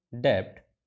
debt